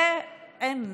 אין.